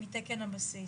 מתקן הבסיס.